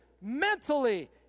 mentally